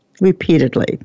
repeatedly